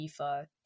FIFA